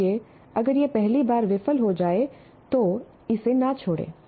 इसलिए अगर यह पहली बार विफल हो जाए तो इसे न छोड़ें